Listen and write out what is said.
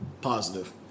positive